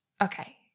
okay